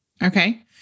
Okay